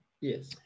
Yes